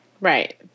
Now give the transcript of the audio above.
Right